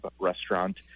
Restaurant